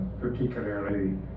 particularly